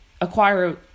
acquire